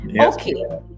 Okay